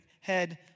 head